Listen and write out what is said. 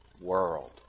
world